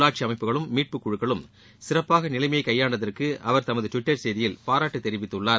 உள்ளாட்சி அமைப்புகளும் மீட்பு குழுக்களும் சிறப்பாக நிலைமையை கையாண்டதற்கு அவர் தமது டுவிட்டர் செய்தியில் பாராட்டு தெரிவித்துள்ளார்